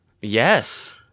Yes